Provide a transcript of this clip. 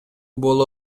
боло